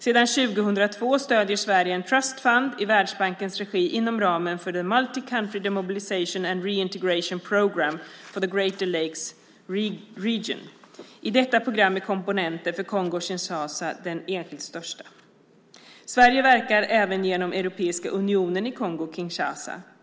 Sedan 2002 stöder Sverige Trust Fund i Världsbankens regi inom ramen för the Multi Country Demobilisation and Reintegration Programme for the Greater Great Lakes Region. I detta program är komponenten för Kongo-Kinshasa den enskilt största. Sverige verkar även genom Europeiska unionen i Kongo-Kinshasa.